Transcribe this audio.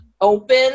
open